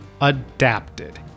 adapted